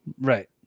Right